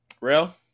Real